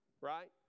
right